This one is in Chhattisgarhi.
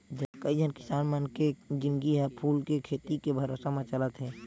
कइझन किसान मन के जिनगी ह फूल के खेती के भरोसा म चलत हे